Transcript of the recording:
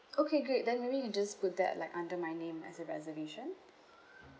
okay great then maybe you can just put that like under my name as a reservation